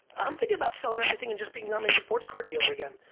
i'm thinking about selling everything and just becoming a sports car dealer again.